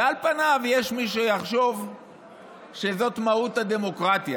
ועל פניו יש מי שיחשוב שזאת מהות הדמוקרטיה,